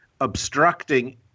obstructing